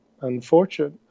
unfortunate